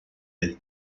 del